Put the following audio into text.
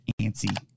antsy